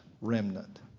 remnant